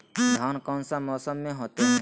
धान कौन सा मौसम में होते है?